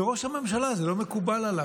וראש הממשלה, זה לא מקובל עליו.